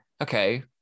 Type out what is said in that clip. okay